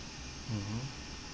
mmhmm